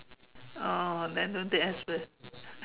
oh then don't take express